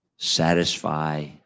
satisfy